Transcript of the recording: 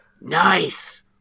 Nice